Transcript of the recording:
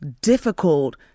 difficult